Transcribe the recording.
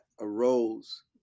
arose